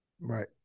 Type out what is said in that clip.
Right